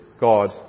God